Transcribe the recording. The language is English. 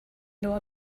know